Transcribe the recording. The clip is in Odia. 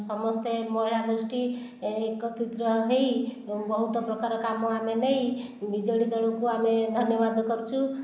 ସମସ୍ତେ ମହିଳାଗୋଷ୍ଠୀ ଏକତ୍ରିତ ହୋଇ ବହୁତ ପ୍ରକାର କାମ ଆମେ ନେଇ ବିଜେଡ଼ି ଦଳକୁ ଆମେ ଧନ୍ୟବାଦ କରୁଛୁ